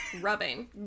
rubbing